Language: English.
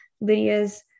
Lydia's